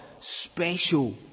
special